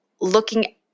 looking